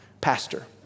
pastor